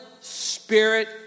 spirit